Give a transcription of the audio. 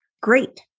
Great